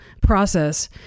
process